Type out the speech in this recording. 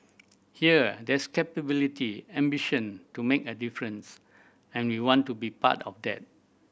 here there's capability ambition to make a difference and we want to be part of that